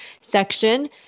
section